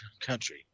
country